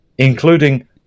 Including